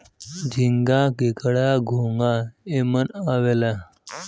झींगा, केकड़ा, घोंगा एमन आवेला